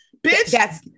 Bitch